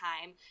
time